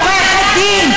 עורכת-דין,